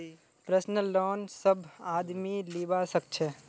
personal loan सब आदमी लीबा सखछे